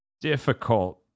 difficult